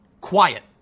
Quiet